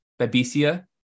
Babesia